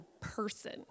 person